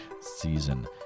season